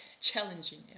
challenging